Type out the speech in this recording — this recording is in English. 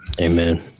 Amen